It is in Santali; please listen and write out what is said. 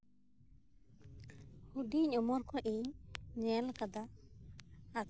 ᱦᱩᱰᱤᱧ ᱩᱢᱮᱨ ᱠᱷᱚᱱ ᱤᱧ ᱧᱮᱞ ᱟᱠᱟᱫᱟ